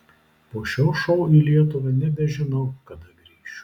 po šio šou į lietuvą nebežinau kada grįšiu